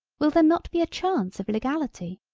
will there not be a chance of legality.